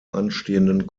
anstehenden